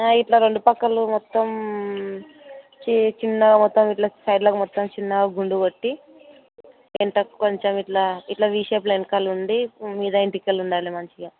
ఇట్లా రెండుపక్కలు మొత్తం చిన్నగా మొత్తం ఇట్లా సైడ్ల మొత్తం చిన్నగా గుండు కొట్టి ఇంత కొంచం ఇట్లా ఇట్లా వీ షేప్లోవెనుకల ఉండి మీద వెంట్రుకలు ఉండాలి మంచిగా